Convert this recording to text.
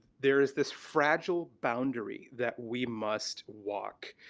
there is this fragile boundary, that we must walk.